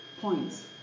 points